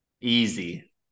Easy